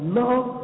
love